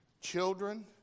children